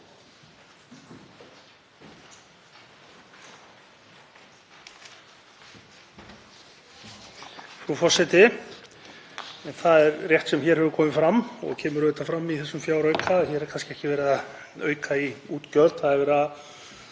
Frú forseti. Það er rétt sem hér hefur komið fram og kemur fram í þessum fjárauka að hér er kannski ekki verið að auka í útgjöld heldur